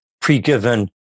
pre-given